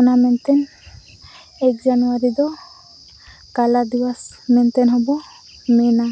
ᱚᱱᱟ ᱢᱮᱱᱛᱮ ᱮᱹᱠ ᱡᱟᱱᱩᱣᱟᱨᱤ ᱫᱚ ᱠᱟᱞᱟ ᱫᱤᱣᱵᱚᱥ ᱢᱮᱱᱛᱮᱦᱚᱸᱵᱚ ᱢᱮᱱᱟ